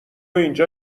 اینجا